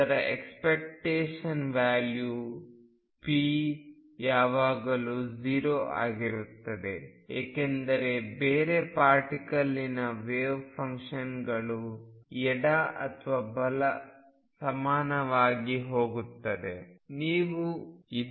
ಅದರ expectation value p ಯಾವಾಗಲೂ 0 ಆಗುತ್ತದೆ ಏಕೆಂದರೆ ಬೇರೆ ಪಾರ್ಟಿಕಲ್ನ ವೇವ್ ಫಂಕ್ಷನ್ಗಳು ಎಡ ಅಥವಾ ಬಲಕ್ಕೆ ಸಮಾನವಾಗಿ ಹೋಗುತ್ತದೆ